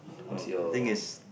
oh the thing is